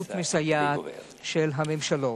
מאדישות מסייעת של הממשלות.